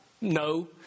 No